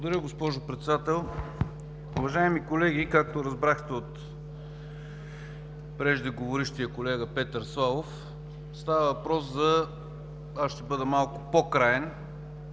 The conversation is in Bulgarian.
Благодаря, госпожо Председател! Уважаеми колеги, както разбрахте от преждеговорившия колега Петър Славов, става въпрос – аз ще бъда малко по-краен,